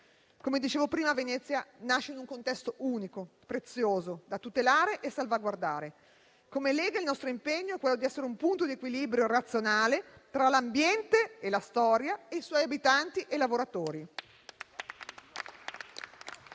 Come dicevo prima, Venezia nasce in un contesto unico, prezioso, da tutelare e salvaguardare. Come Lega, il nostro impegno è quello di essere un punto di equilibrio razionale tra l'ambiente e la storia e i suoi abitanti e i lavoratori.